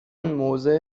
موضع